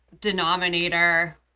denominator